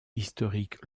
historique